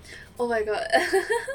oh my god